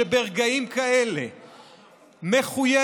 שברגעים כאלה מחויבת,